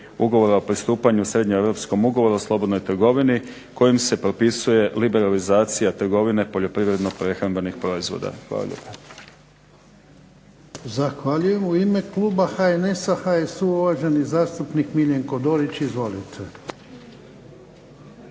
Ugovora o pristupanju Srednjeeuropskom ugovoru o slobodnoj trgovini kojim se propisuje liberalizacija trgovine poljoprivredno-prehrambenih proizvoda. Hvala lijepo.